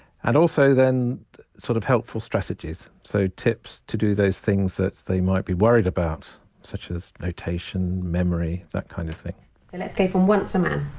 and also, then sort of helpful strategies, so tips to do those things that they might be worried about such as notation, memory that kind of thing! teacher so let's go from once a man